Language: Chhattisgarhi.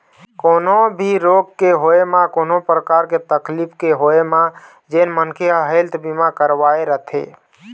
कोनो भी रोग के होय म कोनो परकार के तकलीफ के होय म जेन मनखे ह हेल्थ बीमा करवाय रथे